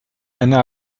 einer